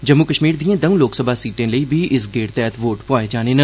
जम्मू कश्मीर दिएं दौं लोकसभा सीटें लेई इस गेड़ तैह्त वोट पुआए जाने न